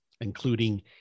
including